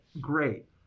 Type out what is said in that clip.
Great